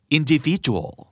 Individual